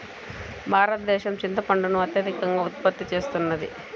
భారతదేశం చింతపండును అత్యధికంగా ఉత్పత్తి చేస్తున్నది